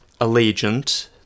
Allegiant